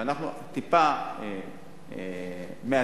ואנחנו טיפה מאזנים,